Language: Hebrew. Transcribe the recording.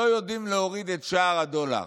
לא יודעים להוריד את שער הדולר.